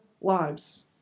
lives